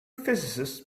physicists